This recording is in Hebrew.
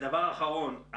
דבר אחרון.